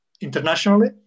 internationally